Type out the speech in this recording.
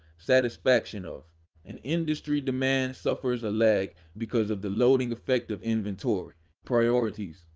satisfaction of an industry demand suffers a lag because of the loading effect of inventory priorities.